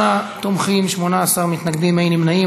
28 תומכים, 18 מתנגדים, אין נמנעים.